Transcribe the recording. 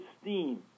steam